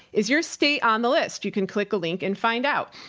is your state on the list? you can click a link and find out.